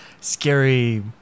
scary